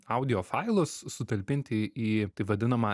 audio failus sutalpinti į taip vadinamą